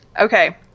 Okay